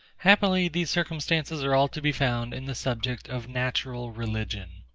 happily, these circumstances are all to be found in the subject of natural religion.